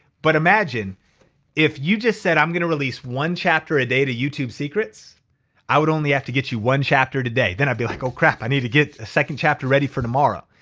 but imagine if you just said, i'm gonna release one chapter a day to youtube secrets i would only have to get you one chapter today then i'd be like oh crap, i need to get a second chapter ready for tomorrow.